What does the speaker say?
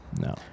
No